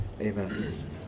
Amen